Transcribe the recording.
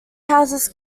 houses